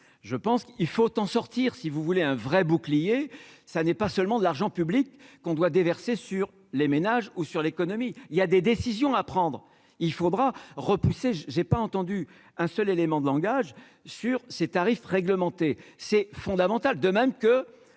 je pense qu'il faut en sortir si vous voulez un vrai bouclier, ça n'est pas seulement de l'argent public qu'on doit sur les ménages ou sur l'économie, il y a des décisions à prendre, il faudra repousser j'ai pas entendu un seul élément de langage sur ses tarifs réglementés, c'est fondamental, de même que